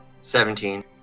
Seventeen